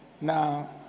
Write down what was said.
Now